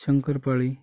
शंकरपाळी